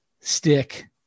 stick